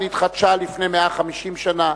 שנתחדשה לפני 150 שנה.